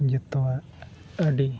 ᱡᱷᱚᱛᱚᱣᱟᱜ ᱟᱹᱰᱤ